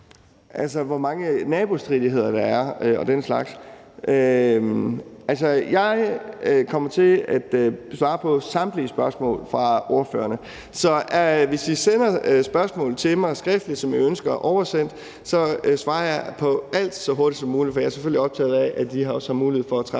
Altså, hvor mange nabostridigheder der er og den slags? Jeg kommer til at svare på samtlige spørgsmål fra ordførerne. Så hvis I sender spørgsmålet skriftligt til mig, som I ønsker oversendt, så svarer jeg på alt så hurtigt som muligt. For jeg er selvfølgelig også optaget af, at vi har mulighed for at træffe